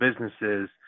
businesses